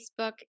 Facebook